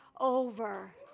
over